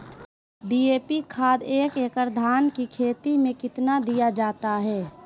DAP खाद एक एकड़ धान की खेती में कितना दीया जाता है?